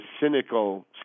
cynical